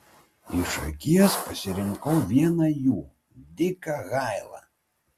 iš akies pasirinkau vieną jų diką hailą